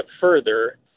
further